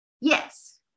Yes